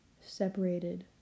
separated